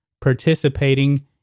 participating